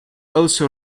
also